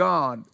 God